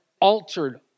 altered